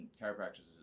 chiropractic